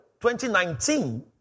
2019